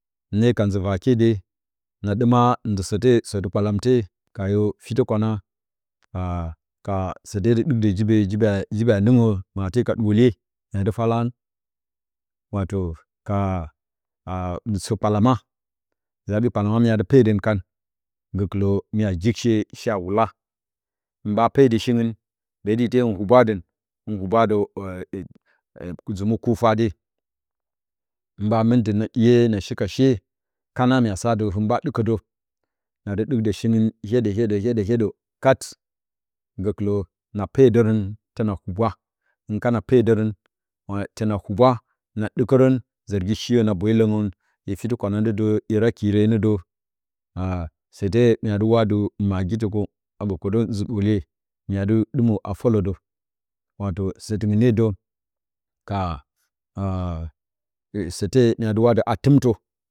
Hɨne ka zə vaakye de, na ɗɨma ndɨ səte sətɨ kpalamte, ka yo fitə-kwana ka səte dɨ ɗɨk də jiibe a nɨngə mate ka ɗwolye, mya dɨ fglarə wato ka nyisə kpalama mya dɨ pedə kan gəkɨlə mya jɨk she shea wula hɨ ɓa pedə, shingɨ beetɨ ite hɨn hubadə, hɨ hubadə zɨmwo-kwufade hɨ ɓa mɨndən a ɗiye, na shi ka she kana mya sa adɨ, hɨn ɓaa ɗɨkə də na dɨ ɗɨk də shingɨn, hyeɗə, hyeɗə hyeɗə hyeɗə kat, gəkɨn, hyeɗə, hyeɗə hyeɗə hyeɗə kat, gəkɨə na pee dərən təna huba, hin kana peedərə, təna huba na ɗɨkərən zərgi she na bwe lərən hye fitə-kwana ndə də ɨ rye kire ndə də a səte mya dɨ w aadɨ mage kwo, kaɓə kwotə zɨ-ɗwolye, mya dɨ ɗɨmə a fələdə wato sətɨngɨn də nedə, ka a səte, mya dɨ wa adɨ atɨmtə.